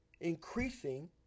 increasing